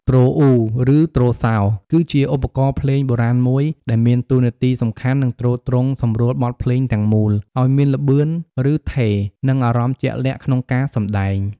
ទ្រអ៊ូ ឬ ទ្រសោ គឺជាឧបករណ៍ភ្លេងបុរាណមួយដែលមានតួនាទីសំខាន់ និងទ្រទ្រង់សម្រួលបទភ្លេងទាំងមូល ឲ្យមានល្បឿន ឬឋេរ និងអារម្មណ៍ជាក់លាក់ក្នុងការសម្តែង។